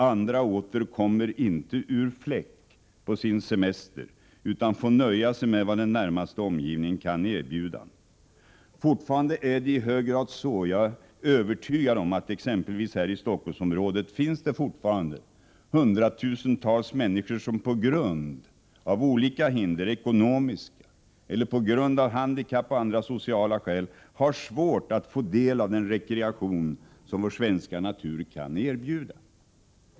Andra åter kommer inte ur fläcken på sin semester utan får nöja sig med vad den närmaste omgivningen kan erbjuda. Fortfarande är det i hög grad så. Jag är övertygad om att det exempelvis här i Stockholmsområdet fortfarande finns hundratusentals människor som på grund av olika hinder, dålig ekonomi, handikapp eller andra sociala omständigheter, har svårt att få del av den rekreation som vår svenska natur kan erbjuda.